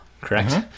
correct